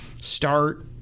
start